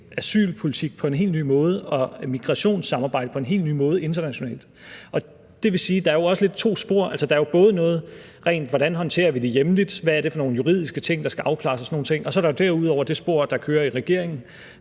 asylpolitik på en helt ny måde og migrationssamarbejde på en helt ny måde internationalt. Det vil jo sige, er der også lidt er to spor. Der er jo både noget om, hvordan vi håndterer det hjemligt, og hvad det er for nogle juridiske ting, der skal afklares og sådan nogle ting, og så er der derudover det spor, der kører hos regeringen,